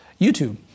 YouTube